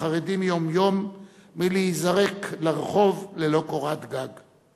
החרדים יום-יום מלהיזרק לרחוב ללא קורת גג.